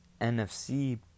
NFC